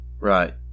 Right